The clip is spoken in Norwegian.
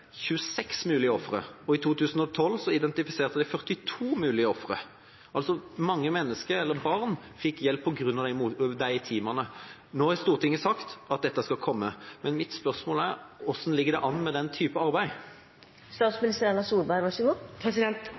42 mulige ofre. Altså fikk mange barn hjelp på grunn av de teamene. Nå har Stortinget sagt at dette skal komme. Men mitt spørsmål er: Hvordan ligger det an med den